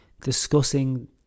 discussing